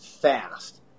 fast